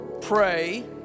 pray